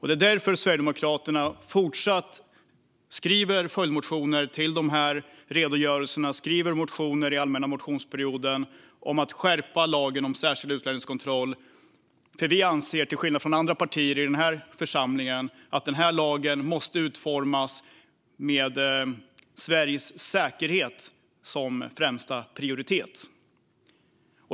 Det är därför som Sverigedemokraterna fortsatt skriver följdmotioner med anledning av dessa redogörelser och skriver motioner under allmänna motionstiden om att lagen om särskild utlänningskontroll ska skärpas. Vi anser nämligen, till skillnad från andra partier i denna församling, att denna lag måste utformas med Sveriges säkerhet som främsta prioritet.